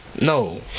No